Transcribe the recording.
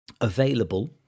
available